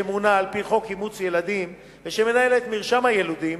שמונה לפי חוק אימוץ ילדים ושמנהל את מרשם היילודים,